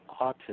autism